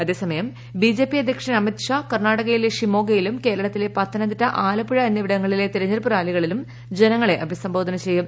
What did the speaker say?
അതേസമയം B J P അധ്യക്ഷൻ അമിത് ഷാ കർണാടകയിലെ ഷിമോഗയിലും കേരളത്തിലെ പത്തനംതിട്ട ആലപ്പുഴ എന്നിവിടങ്ങലിലെ തെരഞ്ഞെടുപ്പ് റാലികളിൽ ജനങ്ങളെ അഭിസംബോധന ചെയ്യും